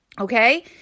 okay